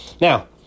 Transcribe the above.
Now